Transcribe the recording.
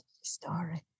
story